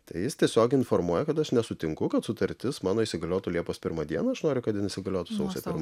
tai jis tiesiog informuoja kad aš nesutinku kad sutartis mano įsigaliotų liepos pirmą dieną aš noriu kad ji įsigaliotų sausio pirmą